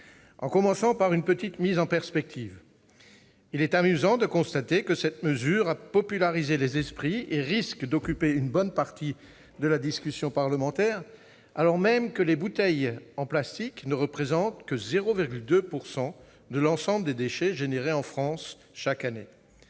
Je commencerai par une petite mise en perspective : il est amusant de constater que cette mesure a polarisé les esprits et risque d'occuper une bonne partie de la discussion parlementaire, alors même que les bouteilles en plastique ne représentent que 0,2 % de l'ensemble des déchets générés en France chaque année.